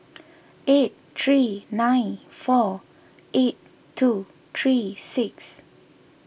eight three nine four eight two three six